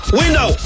window